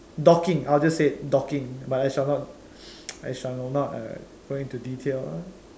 docking I'll just say docking but I shall not I shall not uh go into details